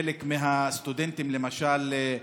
חלק מהסטודנטים, למשל,